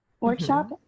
workshop